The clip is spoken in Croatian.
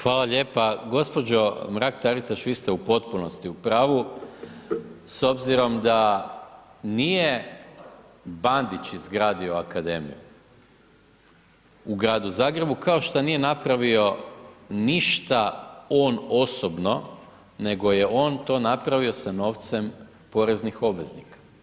Hvala lijepo gđa. Mrak Taritaš, vi ste u potpunosti u pravu, s obzirom da nije Bandić izgradio akademiju u Gradu Zagrebu, kao što nije napravio ništa on osobno, nego je on to napravio sa novcem poreznih obveznika.